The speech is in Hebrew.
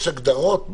יש הגדרות.